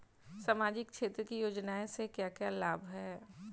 सामाजिक क्षेत्र की योजनाएं से क्या क्या लाभ है?